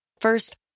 First